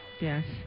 Yes